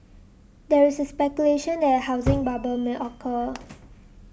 there is a speculation that a housing bubble may occur